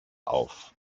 auf